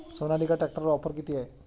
सोनालिका ट्रॅक्टरवर ऑफर किती आहे?